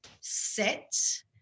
sit